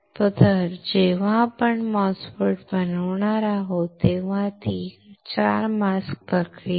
तर जेव्हा आपण MOSFET बनवणार आहोत तेव्हा ती 4 मास्क प्रक्रिया आहे